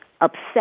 upset